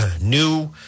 new